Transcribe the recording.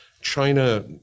China